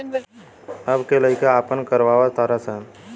अब के लइका आपन करवा तारे सन